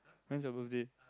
when is your birthday